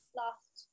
last